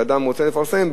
שאדם רוצה לפרסם,